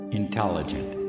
intelligent